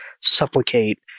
supplicate